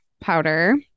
powder